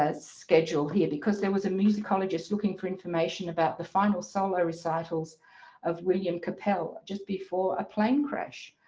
ah schedule here because there was a musicologist looking for information about the final solo recitals of william kapell. just before a plane crash,